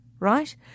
right